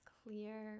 clear